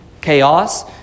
Chaos